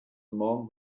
among